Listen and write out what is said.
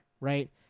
right